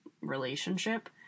relationship